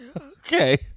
Okay